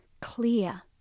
clear